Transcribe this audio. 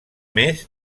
més